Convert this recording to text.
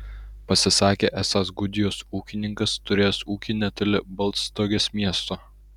pasisakė esąs gudijos ūkininkas turėjęs ūkį netoli baltstogės miesto